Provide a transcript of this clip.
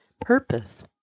purpose